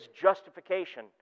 justification